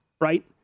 right